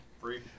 Free